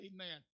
Amen